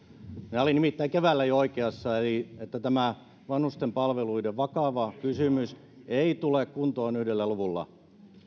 minä olin nimittäin keväällä jo oikeassa siinä että tämä vanhusten palveluiden vakava kysymys ei tule kuntoon yhdellä luvulla